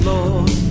Lord